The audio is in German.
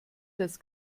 das